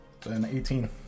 18